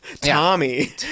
Tommy